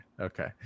okay